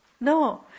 No